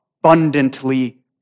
abundantly